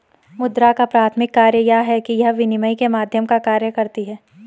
मुद्रा का प्राथमिक कार्य यह है कि यह विनिमय के माध्यम का कार्य करती है